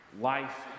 life